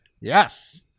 yes